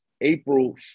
April